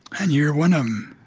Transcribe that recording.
and you're one um